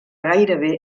gairebé